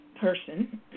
person